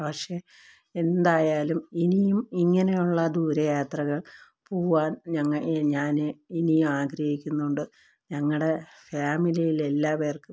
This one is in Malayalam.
പക്ഷേ എന്തായാലും ഇനിയും ഇങ്ങനെയുള്ള ദൂരെ യാത്രകൾ പൂവാൻ ഞങ്ങൾ ഞാൻ ഇനീം ആഗ്രഹിക്കുന്നുണ്ട് ഞങ്ങളുടെ ഫാമിലിയിലെ എല്ലാവർക്കും